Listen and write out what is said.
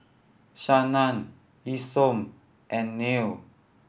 Shannan Isom and Neil